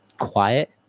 quiet